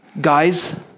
Guys